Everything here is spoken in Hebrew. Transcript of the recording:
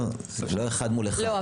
לא 1 מול 1. לא,